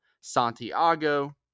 Santiago